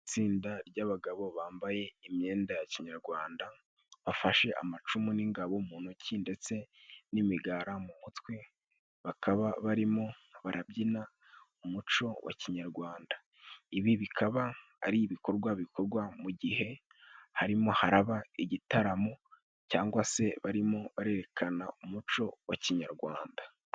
Itsinda ry'abagabo bambaye imyenda ya kinyarwanda ，bafashe amacumu n'ingabo mu ntoki ndetse n'imigara mu mutwe， bakaba barimo barabyina umuco wa kinyarwanda. Ibi bikaba ari ibikorwa bikorwa mu gihe harimo haraba igitaramo cyangwa se barimo barerekana umuco wa kinyarwanda.